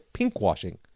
pinkwashing